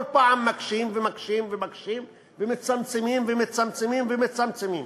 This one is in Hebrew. כל פעם מקשים ומקשים ומקשים ומצמצמים ומצמצמים ומצמצמים.